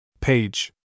Page